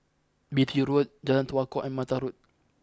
Beatty Road Jalan Tua Kong and Mattar Road